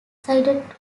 sided